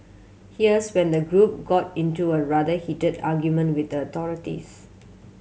here's when the group got into a rather heated argument with the authorities